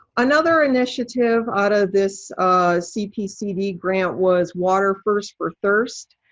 another initiative out of this cpcd grant was water first for thirst.